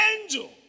angel